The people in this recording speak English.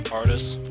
artists